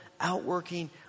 outworking